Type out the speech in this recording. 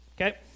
Okay